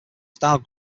style